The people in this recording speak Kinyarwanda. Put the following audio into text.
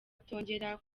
atongera